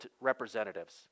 representatives